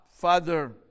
Father